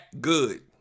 good